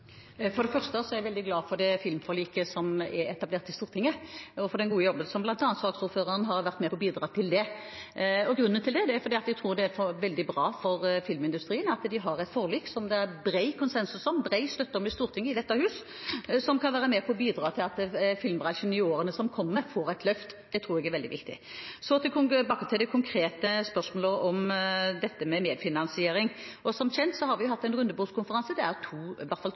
For det første er jeg veldig glad for det filmforliket som er etablert i Stortinget, og for den gode jobben som bl.a. saksordføreren har gjort for å bidra til det. Grunnen til det er at jeg tror det er veldig bra for filmindustrien at de har et forlik som det er bred konsensus om, bred støtte til i Stortinget, som kan være med på å bidra til at filmbransjen i årene som kommer får et løft. Det tror jeg er veldig viktig. Så til det konkrete spørsmålet om dette med medfinansiering. Som kjent har vi hatt en rundebordskonferanse, og det er i hvert fall